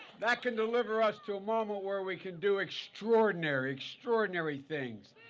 that can deliver us to a level where we can do extraordinary, extraordinary things.